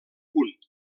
punt